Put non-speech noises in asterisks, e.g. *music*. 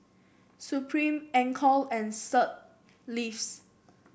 Supreme Anchor and Sir *unintelligible*